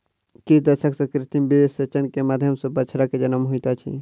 किछ दशक सॅ कृत्रिम वीर्यसेचन के माध्यम सॅ बछड़ा के जन्म होइत अछि